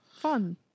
Fun